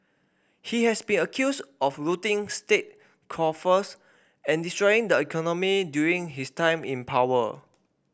he has been accused of looting state coffers and destroying the economy during his time in power